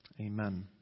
Amen